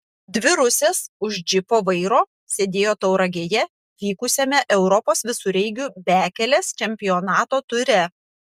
dvi rusės už džipo vairo sėdėjo tauragėje vykusiame europos visureigių bekelės čempionato ture